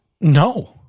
No